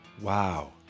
Wow